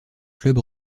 club